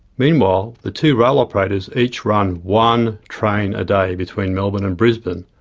meanwhile, the two rail operators each run one train a day between melbourne and brisbane,